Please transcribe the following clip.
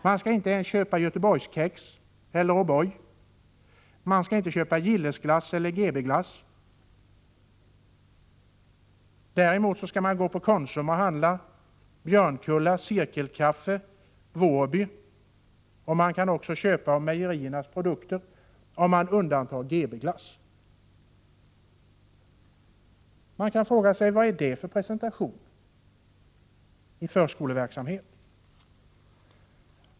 Man skall inte ens köpa Göteborgs kex eller O'Boy. Man skall inte köpa Gilleglass eller GB-glass. Däremot skall man gå på Konsum och handla Cirkelkaffe och produkter från Björnkulla och Wårby. Man kan också köpa mejeriernas produkter — med undantag av GB-glass. Man kan fråga sig: Vad är detta för presentation i förskoleverksamheten?